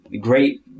great